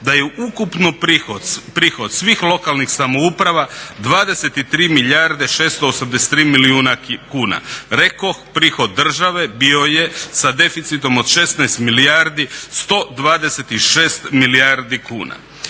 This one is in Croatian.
da je ukupno prihod svih lokalnih samouprava 23 milijarde 683 milijuna kuna. Rekoh prihod države bio je sa deficitom od 16 milijardi 126 milijardi kuna.